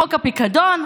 חוק הפיקדון,